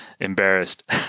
embarrassed